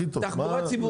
את זה המעביד צריך לתת.